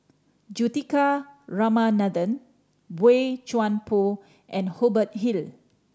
Juthika Ramanathan Boey Chuan Poh and Hubert Hill